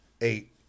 eight